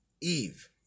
Eve